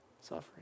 Suffering